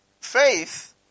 faith